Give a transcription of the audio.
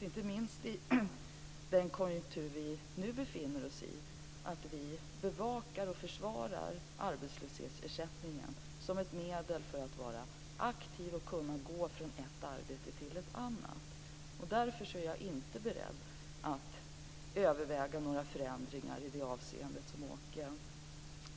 Inte minst i den konjunktur som vi nu befinner oss i är det viktigt att vi bevakar och försvarar arbetslöshetsersättningen som ett medel när det gäller att man skall kunna vara aktiv och gå från ett arbete till ett annat. Därför är jag inte beredd att överväga några förändringar i det avseende som Åke